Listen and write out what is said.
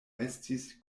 estis